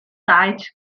saets